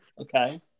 Okay